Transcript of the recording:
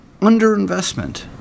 underinvestment